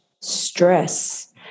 stress